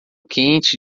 quente